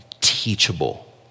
teachable